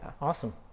awesome